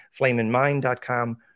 flameandmind.com